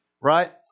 right